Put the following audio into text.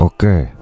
Okay